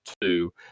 two